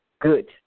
good